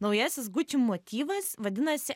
naujasis gucci motyvas vadinasi